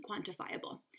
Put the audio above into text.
quantifiable